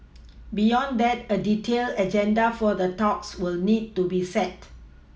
beyond that a detailed agenda for the talks will need to be set